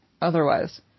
otherwise